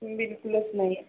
बिलकुलच नाही येत